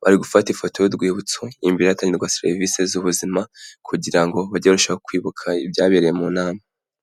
bari gufata ifoto y'urwibutso, imbere hatangirwa serivisi z'ubuzima kugira ngo bajye barushaho kwibuka ibyabereye mu nama.